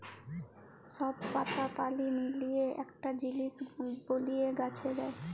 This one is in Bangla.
সব পাতা পালি মিলিয়ে একটা জিলিস বলিয়ে গাছে দেয়